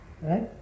Right